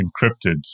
encrypted